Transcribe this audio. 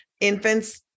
infants